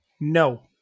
No